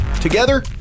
Together